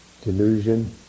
delusion